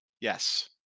Yes